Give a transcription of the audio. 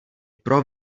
pro